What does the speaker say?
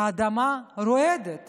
האדמה רועדת